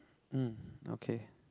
mm okay